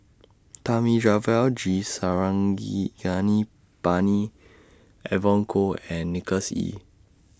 Thamizhavel G Evon Kow and Nicholas Ee